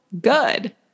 good